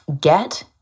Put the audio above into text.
Get